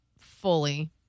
fully